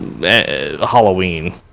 Halloween